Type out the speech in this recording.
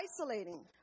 isolating